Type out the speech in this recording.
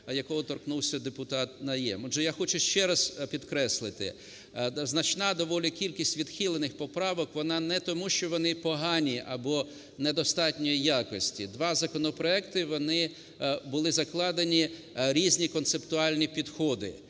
якого торкнувся депутат Найєм. Отже, я хочу ще раз підкреслити, значна доволі кількість відхилених поправок, вона не тому, що вони погані або недостатньої якості. Два законопроекти, вони… були закладені різні концептуальні підходи.